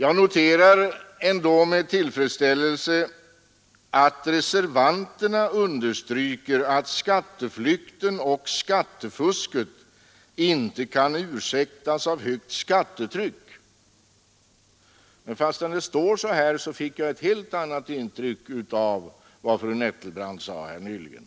Jag noterar ändå med tillfredsställelse att reservanterna understryker att skatteflykten och skattefusket inte kan ursäktas av högt skattetryck. Men fastän det står så i reservationen fick jag ett helt annat intryck av vad fru Nettelbrandt sade här nyligen.